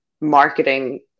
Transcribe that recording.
marketing